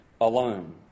alone